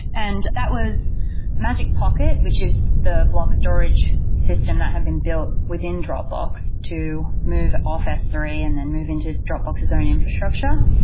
and that was magic pocket which is the block storage system that had been built within dropbox to move off s three and then move into dropbox's own infrastructure.